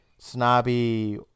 snobby